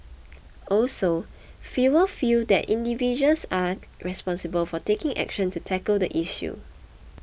also fewer feel that individuals are responsible for taking action to tackle the issue